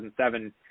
2007